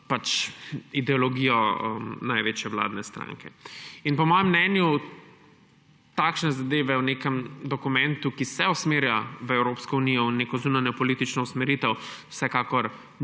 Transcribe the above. z ideologijo največje vladne stranke. Po mojem mnenju takšne zadeve v nekem dokumentu, ki se usmerja v Evropsko unijo, v neko zunanjepolitično usmeritev, vsekakor